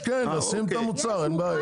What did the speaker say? יש, כן, לשים את המוצר, אין בעיה.